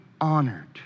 honored